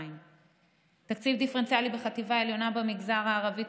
תקציב דיפרנציאלי בחטיבה העליונה במגזר הערבי,